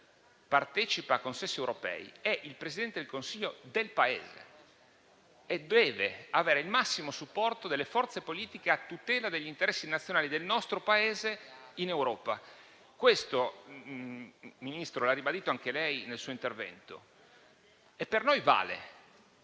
partecipa a consessi europei, si tratta del Presidente del Consiglio italiano e quindi avere il massimo supporto delle forze politiche, a tutela degli interessi nazionali del nostro Paese in Europa. Questo, signor Ministro, è stato ribadito anche da lei nel suo intervento e per noi vale,